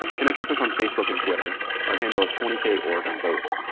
connect with us on facebook and twitter. our handle is twenty korg on both.